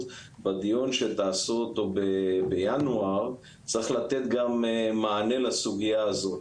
בדיון שתעשו אותו בינואר צריך לתת גם מענה לסוגיה הזאת.